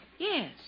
Yes